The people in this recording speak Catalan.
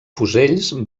fusells